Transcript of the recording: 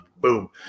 boom